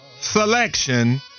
selection